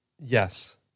Yes